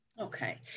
Okay